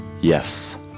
Yes